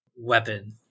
weapon